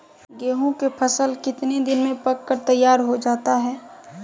गेंहू के फसल कितने दिन में पक कर तैयार हो जाता है